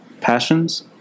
passions